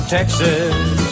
Texas